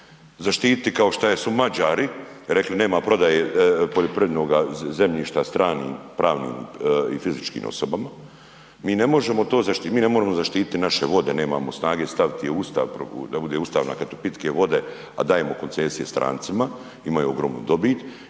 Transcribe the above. zaštiti kao što su Mađari rekli, nema prodaje poljoprivrednoga zemljišta stranim pravnim i fizičkim osobama. Mi ne možemo to zaštititi. Mi ne možemo zaštititi naše vode, nemamo snage staviti je u Ustav da bude Ustav, pitke vode, a dajemo koncesije strancima. Imaju ogromnu dobit